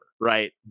right